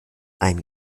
ein